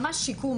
ממש שיקום.